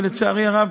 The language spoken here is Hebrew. ולצערי הרב,